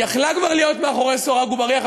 היא יכלה כבר להיות מאחורי סורג ובריח,